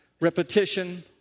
repetition